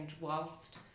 whilst